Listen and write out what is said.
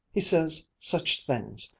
he says such things.